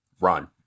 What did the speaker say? run